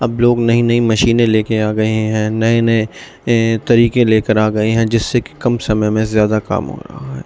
اب لوگ نئی نئی مشینیں لے کے آ گئے ہیں نئے نئے طریقے لے کر آ گئے ہیں جس سے کہ کم سمے میں زیادہ کام ہو رہا ہے